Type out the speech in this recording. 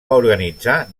organitzar